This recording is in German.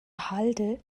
halde